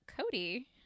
Cody